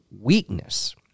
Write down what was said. weakness